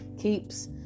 keeps